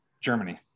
Germany